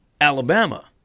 Alabama